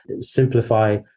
simplify